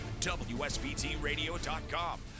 WSBTradio.com